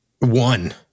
One